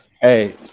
Hey